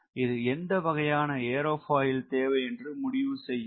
இது எந்த வகையான ஏரோபாயில் தேவை என்றும் முடிவு செய்யும்